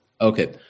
Okay